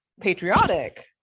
patriotic